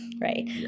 right